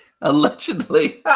Allegedly